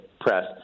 press